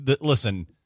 Listen